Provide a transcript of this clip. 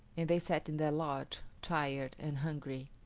and they sat in their lodge, tired and hungry.